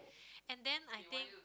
and then I think